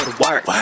work